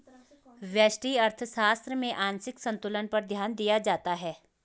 व्यष्टि अर्थशास्त्र में आंशिक संतुलन पर ध्यान दिया जाता है